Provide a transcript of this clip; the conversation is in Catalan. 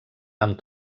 amb